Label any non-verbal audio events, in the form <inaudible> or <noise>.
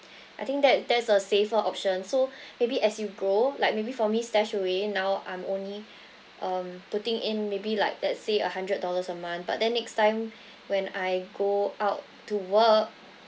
I think that that's a safer option so <breath> maybe as you grow like maybe for me stashaway now I'm only um putting in maybe like let's say a hundred dollars a month but then next time <breath> when I go out to work